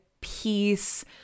peace